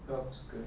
itu aku suka